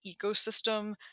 ecosystem